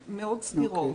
סבירות.